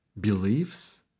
beliefs